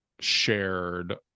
shared